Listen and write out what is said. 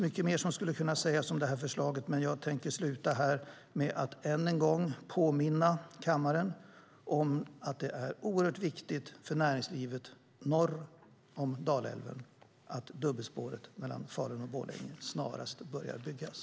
Mycket mer skulle kunna sägas om detta förslag, men jag avslutar här med att än en gång påminna kammaren om att det är oerhört viktigt för näringslivet norr om Dalälven att dubbelspåret mellan Falun och Borlänge snarast börjar byggas.